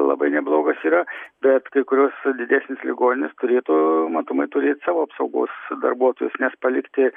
labai neblogas yra bet kai kurios didesnės ligoninės turėtų matomai turėt savo apsaugos darbuotojus nes palikti